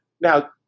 now